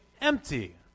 empty